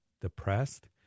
depressed